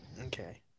Okay